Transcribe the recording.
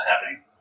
happening